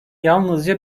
yalnızca